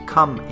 Come